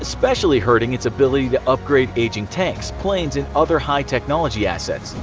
ah specially hurting its ability to upgrade aging tanks, planes, and other high technology assets.